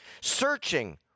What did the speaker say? searching